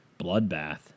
bloodbath